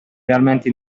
realmente